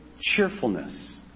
cheerfulness